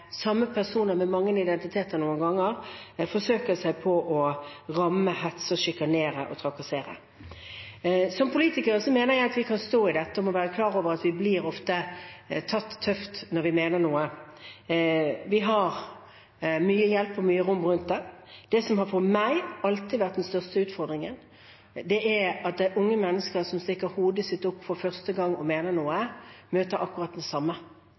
mange identiteter noen ganger – forsøker seg på å ramme, hetse, sjikanere og trakassere. Som politikere mener jeg at vi kan stå i dette og må være klar over at vi ofte blir tatt tøft når vi mener noe. Vi har mye hjelp og mye rom rundt det. Det som for meg alltid har vært den største utfordringen, er at unge mennesker som for første gang stikker hodet sitt opp og mener noe, møter akkurat det samme.